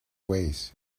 ways